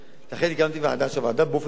לכן הקמתי ועדה שבוחנת באופן מקצועי